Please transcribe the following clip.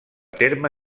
terme